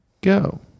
go